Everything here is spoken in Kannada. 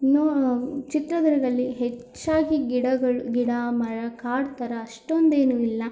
ನೋ ಚಿತ್ರದುರ್ಗದಲ್ಲಿ ಹೆಚ್ಚಾಗಿ ಗಿಡಗಳು ಗಿಡ ಮರ ಕಾಡು ಥರ ಅಷ್ಟೊಂದು ಏನೂ ಇಲ್ಲ